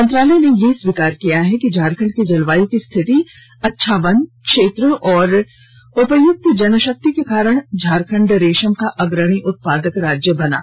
मंत्रालय ने यह स्वीकार किया है कि झारखंड की जलवायु की स्थिति अच्छा वन क्षेत्र और उपयुक्त जनशक्ति के कारण झारखंड रेशम का अग्रणी उत्पादक राज्य है